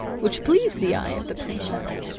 which pleased the eye of the princess.